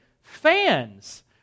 fans